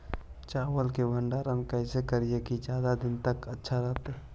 चावल के भंडारण कैसे करिये की ज्यादा दीन तक अच्छा रहै?